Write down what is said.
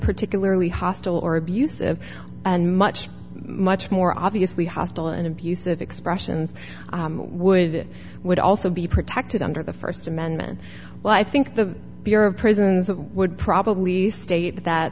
particularly hostile or abusive and much much more obviously hostile and abusive expressions would it would also be protected under the first amendment well i think the bureau of prisons would probably state that